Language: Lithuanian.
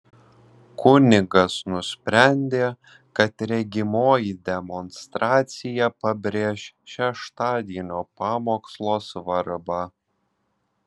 kunigas nusprendė kad regimoji demonstracija pabrėš šeštadienio pamokslo svarbą